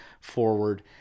forward